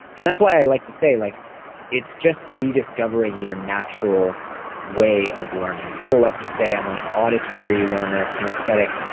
and that's why i like to say. like it's just rediscovering your natural way of learning. people love to say, i'm an auditory learner, a kinesthetic.